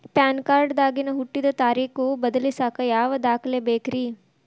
PAN card ದಾಗಿನ ಹುಟ್ಟಿದ ತಾರೇಖು ಬದಲಿಸಾಕ್ ಯಾವ ದಾಖಲೆ ಬೇಕ್ರಿ?